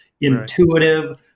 Intuitive